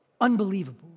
Unbelievable